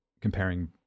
comparing